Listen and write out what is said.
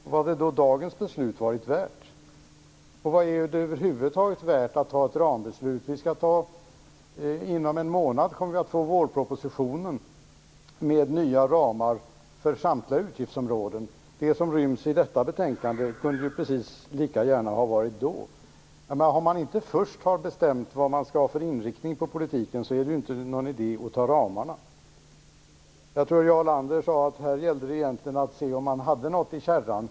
Vad hade då dagens beslut varit värt? Vad är det över huvud taget värt att ha ett rambeslut? Inom en månad kommer vi att få vårdpropositionen, med nya ramar för samtliga utgiftsområden. Det som ryms i detta betänkande kunde ju precis lika gärna ha behandlats då. Om man inte först har bestämt vad man skall ha för inriktning på politiken är det inte någon idé att besluta om ramarna. Jag tror att Jarl Lander sade att här gällde det egentligen att se om man hade något i kärran.